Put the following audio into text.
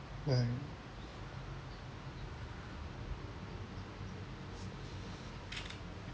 right